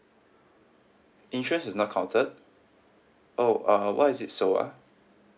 insurance is not counted oh uh why is it so ah